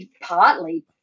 partly